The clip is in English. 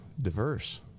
Diverse